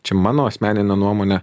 čia mano asmenine nuomone